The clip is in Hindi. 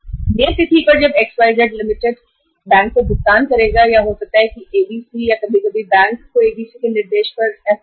नियत तिथि पर जब XYZ Ltd बैंक को भुगतान करेगा हो सकता है ABC या कभी कभी ABC के निर्देश पर बैंक को सीधे करें